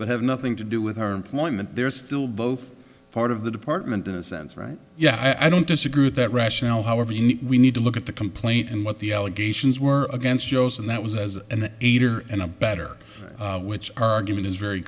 but have nothing to do with her employment they're still both part of the department in a sense right yeah i don't disagree with that rationale however we need to look at the complaint and what the allegations were against shows and that was as an aider and abettor which argument is very